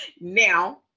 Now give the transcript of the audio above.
Now